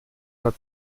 der